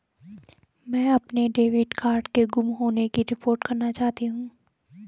मैं अपने debit card के गुम होने की रिपोर्ट करना चाहती हूँ